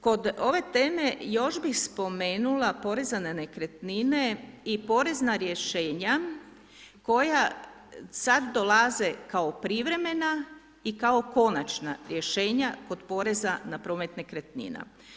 Kod ove teme još bih spomenula poreza na nekretnine i porezna rješenja koja sad dolaze kao privremena i kao konačna rješenja kod poreza na promet nekretnina.